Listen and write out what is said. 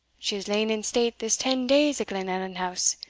she has lain in state this ten days at glenallan house,